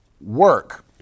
work